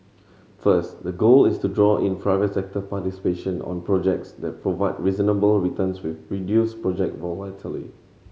first the goal is to draw in private sector participation on projects that provide reasonable returns with reduced project volatility